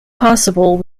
possible